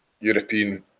European